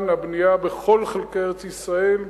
למען הבנייה בכל חלקי ארץ-ישראל,